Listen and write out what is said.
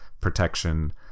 protection